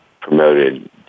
promoted